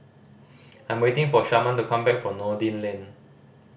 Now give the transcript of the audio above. I'm waiting for Sharman to come back from Noordin Lane